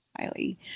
highly